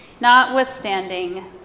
notwithstanding